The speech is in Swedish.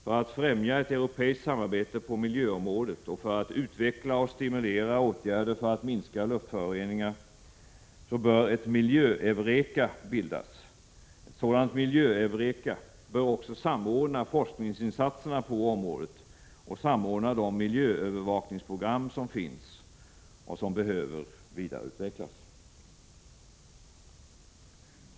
För att främja ett europeiskt samarbete på miljöområdet och för att utveckla och stimulera åtgärder för att minska luftföroreningar bör ett Miljö-Eureka bildas. Ett sådant Miljö-Eureka bör också samordna forskningsinsatserna på området och samordna de miljöövervakningsprogram som finns och som behöver vidareutvecklas.